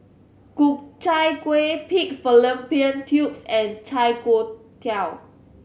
Ku Chai Kueh pig fallopian tubes and chai